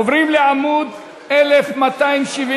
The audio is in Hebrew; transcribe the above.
עוברים לעמוד 1271,